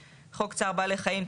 חוק צער בעלי חיים,